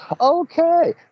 okay